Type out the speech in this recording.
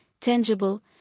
tangible